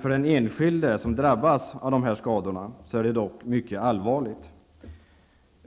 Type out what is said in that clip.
För den enskilde som drabbas av dessa skador är det dock mycket allvarligt.